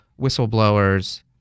whistleblowers